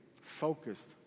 focused